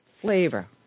flavor